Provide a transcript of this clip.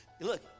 Look